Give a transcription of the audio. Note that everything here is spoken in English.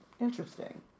Interesting